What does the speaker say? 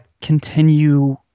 continue